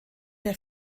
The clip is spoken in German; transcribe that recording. der